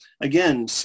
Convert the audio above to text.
again